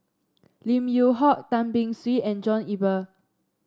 Lim Yew Hock Tan Beng Swee and John Eber